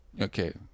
Okay